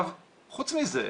חוץ מזה,